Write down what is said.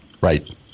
Right